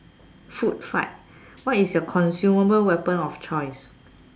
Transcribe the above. food fight what is your consumable weapon of choice